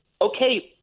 Okay